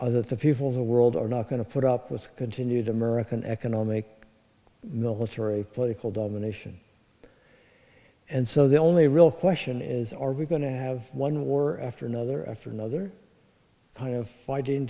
that the peoples of world are not going to put up with continued american economic military political domination and so the only real question is are we going to have one war after another after another kind of fighting